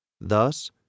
Thus